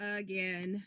again